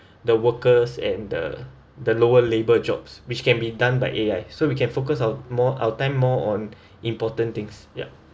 the workers and the the lower labour jobs which can be done by A_I so we can focus on more our time more on important things yeah